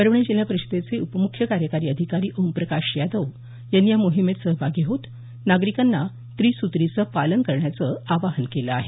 परभणी जिल्हा परिषदेचे उपम्ख्य कार्यकारी अधिकारी ओमप्रकाश यादव यांनी या मोहिमेत सहभागी होत नागरिकांना त्रिसुत्रीचं पालन करण्याचं आवाहन केलं आहे